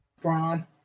Braun